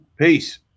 peace